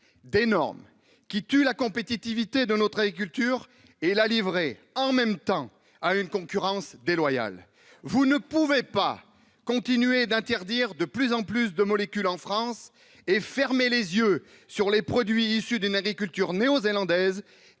et normes, qui tuent la compétitivité de notre agriculture, et la livrer, dans le même temps, à une concurrence déloyale. Vous ne pouvez interdire toujours plus de molécules en France et fermer les yeux sur les produits issus d'une agriculture néo-zélandaise,